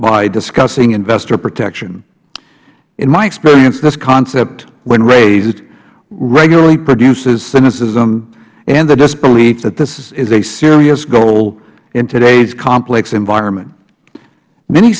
by discussing investor protection in my experience this concept when raised regularly produces cynicism and the disbelief that this is a serious goal in today's complex environment m